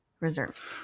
reserves